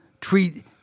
treat